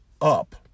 up